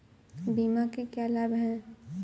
बीमा के क्या लाभ हैं?